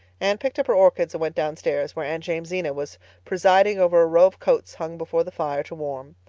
anne picked up her orchids and went downstairs, where aunt jamesina was presiding over a row of coats hung before the fire to warm.